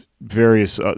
various